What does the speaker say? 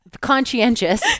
conscientious